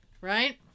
right